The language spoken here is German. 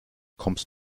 kommst